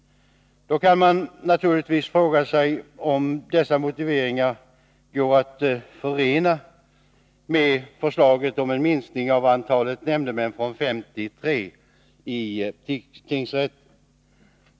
Då kan man naturligtvis fråga sig om dessa motiveringar går att förena med förslaget om en minskning av antalet nämndemän i tingsrätten från fem till tre.